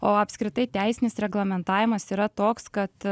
o apskritai teisinis reglamentavimas yra toks kad